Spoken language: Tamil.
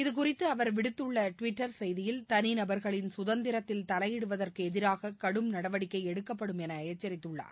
இதுகுறித்து அவர் விடுத்துள்ள டிவிட்டர் செய்தியில் தனிநபர்களின் குதந்திரத்தில் தலையிடுவதற்கு எதிராக கடும் நடவடிக்கை எடுக்கப்படும் என்று எச்சரித்துள்ளார்